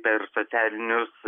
per socialinius